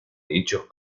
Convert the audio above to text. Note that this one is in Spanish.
hechos